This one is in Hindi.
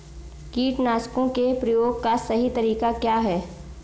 कीटनाशकों के प्रयोग का सही तरीका क्या है?